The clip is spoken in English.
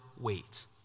wait